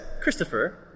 Christopher